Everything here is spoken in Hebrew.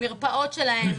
המרפאות שלהם,